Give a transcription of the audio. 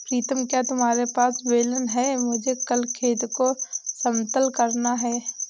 प्रीतम क्या तुम्हारे पास बेलन है मुझे कल खेत को समतल करना है?